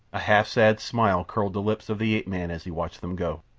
a half-sad smile curved the lips of the ape-man as he watched them go.